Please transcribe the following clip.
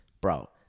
bro